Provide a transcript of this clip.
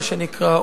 מה שנקרא,